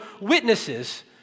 witnesses